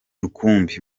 rukumbi